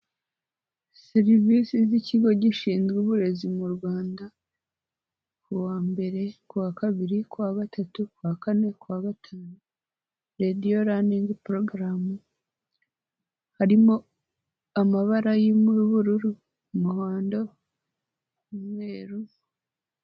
Serivisi z'ikigo gishinzwe uburezi mu Rwanda, kuwa mbere, kuwa kabiri, kuwa gatatu, kuwa kane, kuwa gatanu, radiyo laning porogaramu, harimo amabara y'ubururu, umuhondo n'umweru.